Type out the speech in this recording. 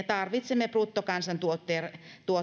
tarvitsemme bruttokansantuotteelle